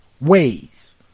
ways